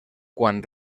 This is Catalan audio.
quan